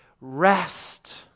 rest